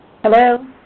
Hello